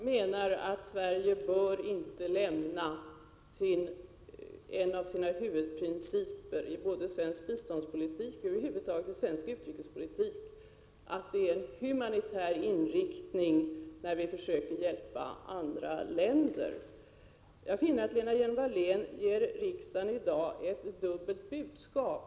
Herr talman! Jag menar att vi inte bör lämna en av huvudprinciperna i svensk biståndspolitik och svensk utrikespolitik över huvud taget, nämligen en humanitär inriktning när vi försöker hjälpa andra länder. Lena Hjelm-Wallén ger riksdagen i dag ett dubbelt budskap.